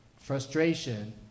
Frustration